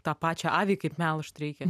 tą pačią avį kaip melžt reikia